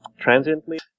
transiently